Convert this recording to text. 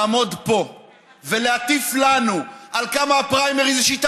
לעמוד פה ולהטיף לנו על כמה הפריימריז הן שיטה